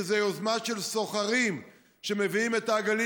שזו יוזמה של סוחרים שמביאים את העגלים